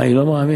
אני לא מאמין.